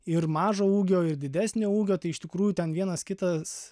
ir mažo ūgio ir didesnio ūgio tai iš tikrųjų ten vienas kitas